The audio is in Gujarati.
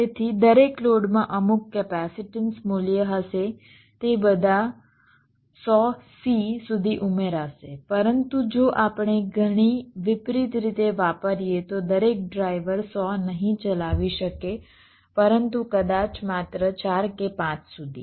તેથી દરેક લોડમાં અમુક કેપેસિટેન્સ મૂલ્ય હશે તે બધા 100c સુધી ઉમેરાશે પરંતુ જો આપણે ઘણી વિતરિત રીત વાપરીએ તો દરેક ડ્રાઈવર 100 નહીં ચલાવી શકે પરંતુ કદાચ માત્ર 4 કે 5 સુધી